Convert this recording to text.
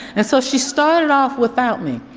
and so she started off without me